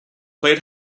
played